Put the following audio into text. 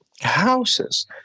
houses